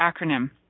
acronym